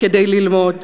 כדי ללמוד.